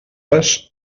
les